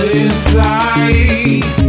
inside